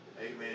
Amen